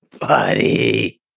Buddy